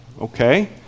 okay